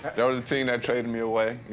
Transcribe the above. and was the team that traded me away. you